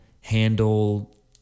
handle